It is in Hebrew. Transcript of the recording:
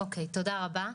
אוקי תודה רבה,